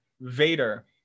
Vader